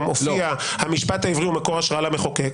הופיע המשפט העברי הוא מקור השראה למחוקק,